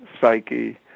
psyche